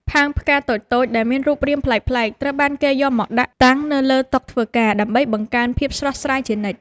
ផើងផ្កាតូចៗដែលមានរូបរាងប្លែកៗត្រូវបានគេយកមកដាក់តាំងនៅលើតុធ្វើការដើម្បីបង្កើនភាពស្រស់ស្រាយជានិច្ច។